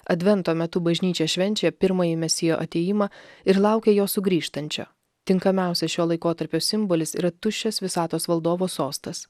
advento metu bažnyčia švenčia pirmąjį mesijo atėjimą ir laukia jo sugrįžtančio tinkamiausias šio laikotarpio simbolis yra tuščias visatos valdovo sostas